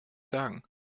sagen